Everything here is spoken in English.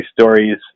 stories